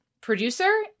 producer